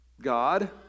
God